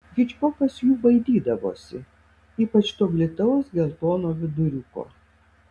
hičkokas jų baidydavosi ypač to glitaus geltono viduriuko